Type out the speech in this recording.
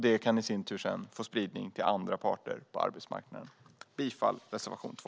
Det kan i sin tur få spridning till andra parter på arbetsmarknaden. Jag yrkar bifall till reservation 2.